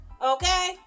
Okay